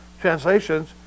translations